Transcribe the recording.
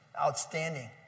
outstanding